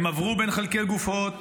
הם עברו בין חלקי גופות,